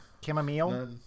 chamomile